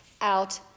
out